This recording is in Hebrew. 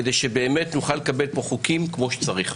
כדי שנוכל לקבל פה חוקים כמו שצריך.